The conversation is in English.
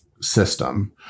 system